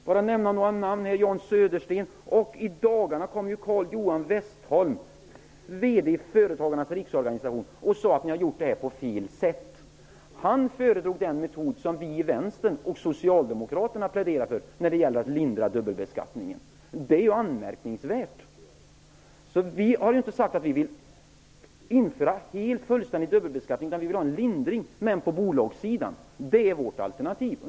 Jag kan nämna Jan Södersten, och i dagarna sade Carl-Johan Westholm, VD för Företagarnas riksorganisation, att ni har gjort det här på fel sätt. Carl-Johan Westholm föredrog den metod som vi i vänstern och Socialdemokraterna pläderar för när det gäller att lindra dubbelbeskattningen. Det är ju anmärkningsvärt. Vi har inte sagt att vi vill införa en fullständig dubbelbeskattning, utan vi vill ha en lindring, men på bolagssidan. Det är vårt alternativ.